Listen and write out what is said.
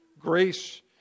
Grace